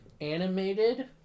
animated